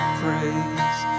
praise